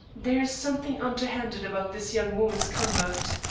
there is something underhanded about this young woman's conduct.